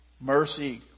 Mercy